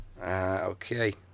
Okay